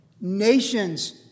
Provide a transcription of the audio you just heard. Nations